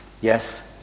Yes